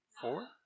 four